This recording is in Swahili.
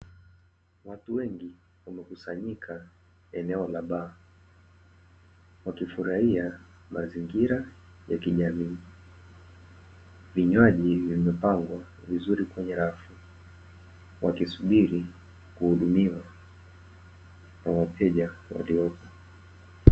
Watu wengi wamekusanyika eneo la baa. Wakifurahia mazingira ya kijamii. Vinywaji vimepangwa vizuri kwenye rafu, wakisubiri kuhudumiwa kwa wateja waliopo.